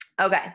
okay